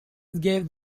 gave